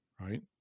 Right